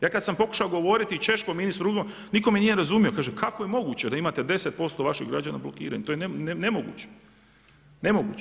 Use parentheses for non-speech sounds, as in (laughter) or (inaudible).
Ja kad sam pokušao govoriti češkom ministru … (unintelligible) nitko me nije razumio, kaže kako je moguće da imate 10% vaših građana blokiranih, to je nemoguće.